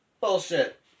Bullshit